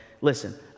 Listen